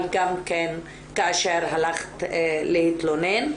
אבל גם כן כאשר הלכת להתלונן.